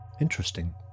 Interesting